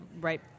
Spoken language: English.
right